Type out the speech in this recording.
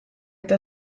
eta